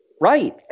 right